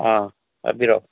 ꯑꯥ ꯍꯥꯏꯕꯤꯔꯛꯑꯣ